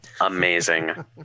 amazing